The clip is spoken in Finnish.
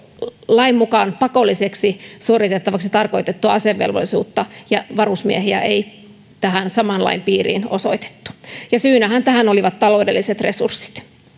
lain mukaan pakolliseksi suoritettavaksi tarkoitettua asevelvollisuutta ja varusmiehiä ei tähän saman lain piiriin osoitettu ja syynähän tähän olivat taloudelliset resurssit